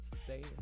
stay